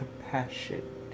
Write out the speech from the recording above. compassion